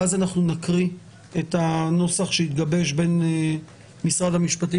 ואז נקרא את הנוסח שהתגבש בין משרד המשפטים